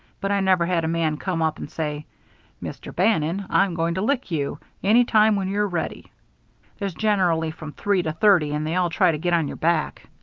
but i never had a man come up and say mr. bannon, i'm going to lick you. any time when you're ready there's generally from three to thirty, and they all try to get on your back.